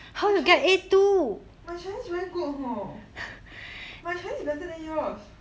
my chinese my chinese very good hor my chinese better than yours